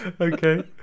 Okay